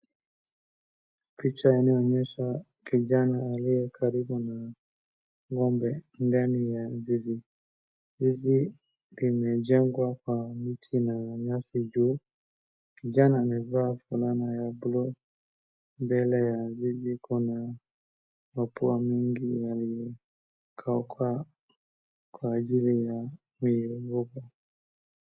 Picha inaonyesha kijana aliye karibu na ng'ombe ndani ya zizi. Zizi limejengwa kwa miti na nyasi juu. Kijana amevaa fulana ya blue . Mbele ya zizi kuna mapua mengi yaliyokauka kwa ajili ya miogupa.